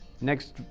Next